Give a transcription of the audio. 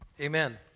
Amen